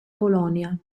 polonia